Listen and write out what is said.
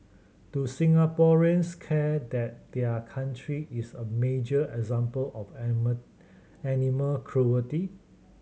do Singaporeans care that their country is a major example of animal animal cruelty